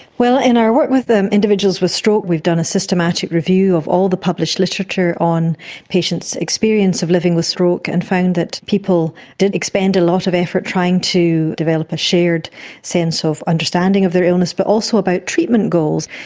in our work with individuals with stroke we've done a systematic review of all the published literature on patients' experience of living with stroke and found that people did expend a lot of effort trying to develop a shared sense of understanding of their illness, but also about treatment goals.